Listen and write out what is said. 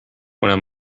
when